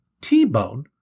T-bone